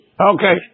Okay